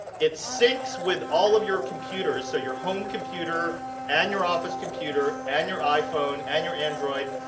it syncs with all of your computers. so, your home computer and your office computer, and your iphone, and your android,